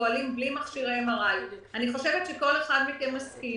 שפועלים בלי מכשירי MRI. אני חושבת שכל אחד מכם מסכים